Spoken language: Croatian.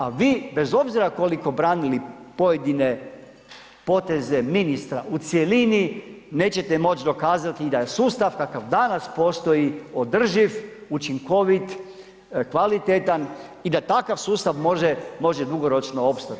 A vi bez obzira koliko branili pojedine poteze ministra u cjelini nećete moći dokazati da je sustav kakav danas postoji održiv, učinkovit, kvalitetan i da takav sustav može dugoročno opstati.